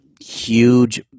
Huge